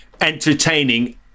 entertaining